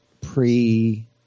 pre